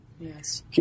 Yes